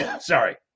Sorry